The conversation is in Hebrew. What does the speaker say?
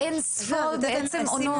באין ספור עונות.